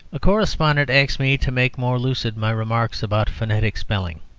a correspondent asks me to make more lucid my remarks about phonetic spelling.